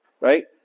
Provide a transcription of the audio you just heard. right